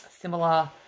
similar